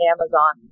Amazon